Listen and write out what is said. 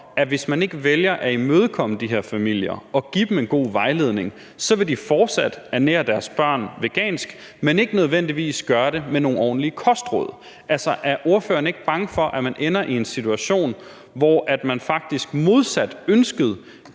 at hvis man ikke vælger at imødekomme de her familier og give dem en god vejledning, så vil de fortsat ernære deres børn vegansk, men ikke nødvendigvis gøre det med nogle ordentlige kostråd? Er ordføreren ikke bange for, at man ender i en situation, hvor man faktisk modsat ønsket